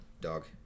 Dog